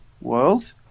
world